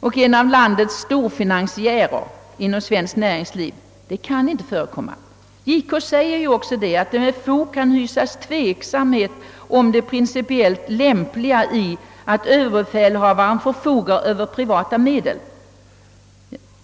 och en av storfinansiärerna inom svenskt näringsliv kan inte tänkas. JK har ju också uttalat att det »med fog kan hysas tvekan om det pricipiellt lämpliga i att överbefälhavaren och försvarsstabschefen förfogar över från enskilt håll skänkta medel för ändamål varom här är fråga».